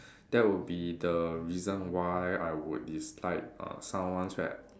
that would be the reason why I would dislike uh someone that